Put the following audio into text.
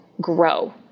grow